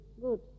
Good